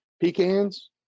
Pecans